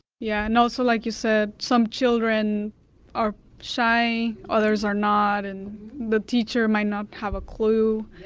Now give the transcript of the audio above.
yeah. and also, like you said, some children are shy, others are not, and the teacher might not have a clue.